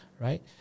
right